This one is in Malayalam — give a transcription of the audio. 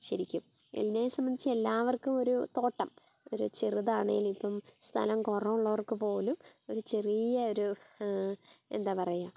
ശരിക്കും എന്നെ സംബന്ധിച്ച് എല്ലാവർക്കും ഒരു തോട്ടം ഒരു ചെറുതാണെലും ഇപ്പം സ്ഥലം കുറവുള്ളവർക്ക് പോലും ഒരു ചെറിയ ഒരു എന്താ പറയാ